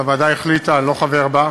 אבל הוועדה החליטה, אני לא חבר בה,